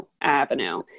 avenue